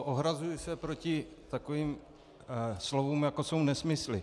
Ohrazuji se proti takovým slovům, jako jsou nesmysly.